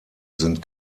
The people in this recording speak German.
sind